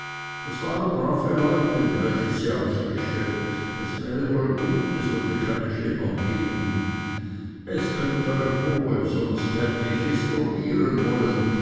das waren brave leute welche sie ausgestellt es wäre wohl gut es würde keine schlimmern geben es kömmt euch wohl sonst hätte ich es probieren wollen